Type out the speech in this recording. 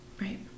Right